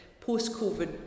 post-COVID